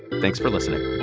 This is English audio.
thanks for listening